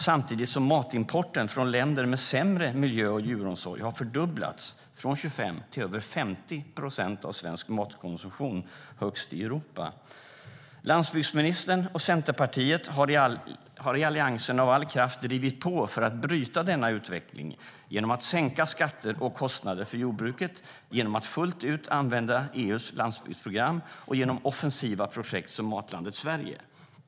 Samtidigt har matimporten från länder med sämre miljö och djuromsorg fördubblats från 25 till över 50 procent av svensk matkonsumtion. Det är högst i Europa. Landsbygdsministern och Centerpartiet har drivit på av all kraft i Alliansen för att bryta denna utveckling. Det har vi gjort genom att sänka skatter och kostnader för jordbruket, genom att fullt ut använda EU:s landsbygdsprogram och genom offensiva projekt som Matlandet Sverige.